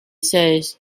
says